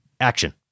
action